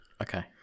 Okay